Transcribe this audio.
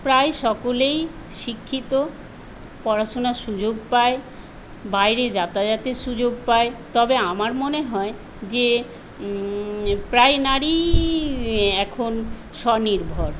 প্রায় সকলেই শিক্ষিত পড়াশোনার সুযোগ পায় বাইরে যাতায়াতের সুযোগ পায় তবে আমার মনে হয় যে প্রায় নারীই এখন স্বনির্ভর